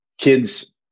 kids –